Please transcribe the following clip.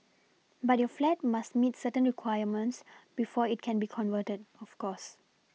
but your flat must meet certain requirements before it can be converted of course